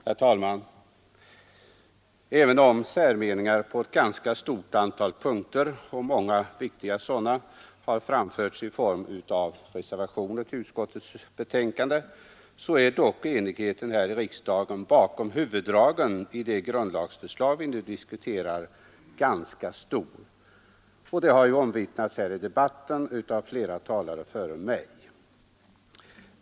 Herr talman! Även om särmeningar på ett ganska stort antal punkter och många viktiga sådana har framförts i form av reservationer till utskottets betänkande, så är dock enigheten här i riksdagen bakom huvuddragen i det grundlagsförslag vi nu diskuterar ganska stor. Detta har ju också omvittnats här i debatten av flera talare före mig.